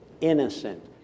innocent